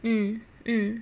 mm mm